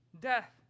death